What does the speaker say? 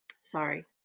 Sorry